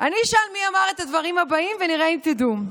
אני אשאל מי אמר את הדברים הבאים, ונראה אם תדעו.